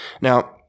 Now